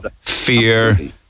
fear